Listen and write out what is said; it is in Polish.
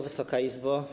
Wysoka Izbo!